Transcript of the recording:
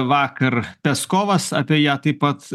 vakar peskovas apie ją taip pat